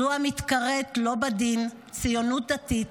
זו המתקראת לא בדין "ציונות דתית",